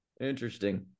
interesting